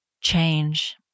change